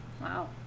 Wow